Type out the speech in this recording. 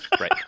Right